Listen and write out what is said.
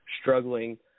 struggling